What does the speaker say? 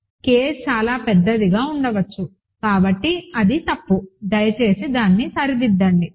K చాలా పెద్దదిగా ఉండవచ్చు కాబట్టి అది తప్పు దయచేసి దాన్ని సరిదిద్దండి